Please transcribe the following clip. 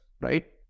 right